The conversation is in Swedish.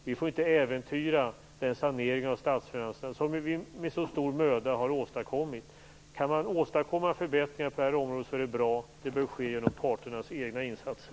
Vi får inte äventyra den sanering av statsfinanserna som vi med så stor möda har åstadkommit. Kan man åstadkomma förbättringar på det här området är det bra. Det bör ske genom parternas egna insatser.